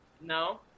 No